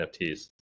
NFTs